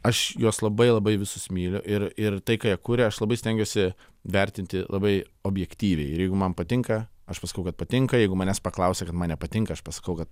aš juos labai labai visus myliu ir ir tai ką kuria aš labai stengiuosi vertinti labai objektyviai ir jeigu man patinka aš pasakau kad patinka jeigu manęs paklausia kad man nepatinka aš pasakau kad